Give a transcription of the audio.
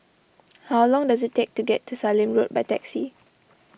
how long does it take to get to Sallim Road by taxi